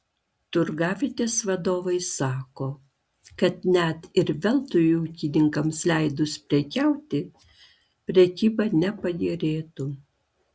turgavietės vadovai sako kad net ir veltui ūkininkams leidus prekiauti prekyba nepagerėtų